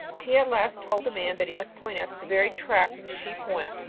he at last told the man that he must point out the very track that the sheep went,